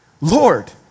Lord